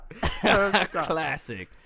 Classic